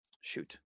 shoot